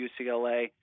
UCLA